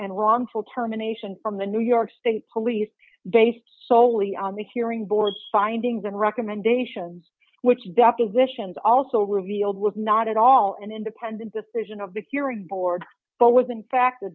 and wrongful termination from the new york state police based soley on the hearing board's findings and recommendations which depositions also revealed was not at all an independent decision of the hearing board but was in fact the